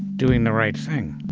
doing the right thing